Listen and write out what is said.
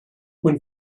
when